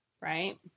Right